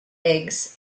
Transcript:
eggs